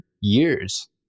years